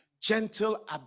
gentle